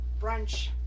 brunch